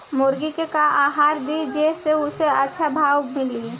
मुर्गा के का आहार दी जे से अच्छा भाव मिले?